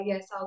Yes